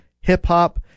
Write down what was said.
hip-hop